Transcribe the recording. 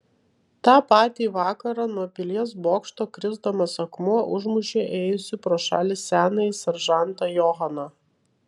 tą patį vakarą nuo pilies bokšto krisdamas akmuo užmušė ėjusį pro šalį senąjį seržantą johaną